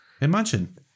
Imagine